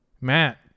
Matt